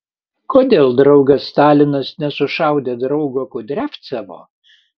kodėl draugas stalinas nesušaudė draugo kudriavcevo